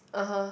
(uh huh)